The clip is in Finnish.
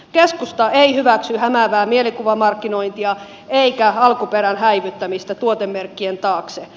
keskusta ei hyväksy hämäävää mielikuvamarkkinointia eikä alkuperän häivyttämistä tuotemerkkien taakse